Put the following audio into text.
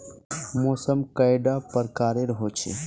मौसम कैडा प्रकारेर होचे?